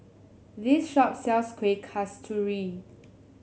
this shop sells Kueh Kasturi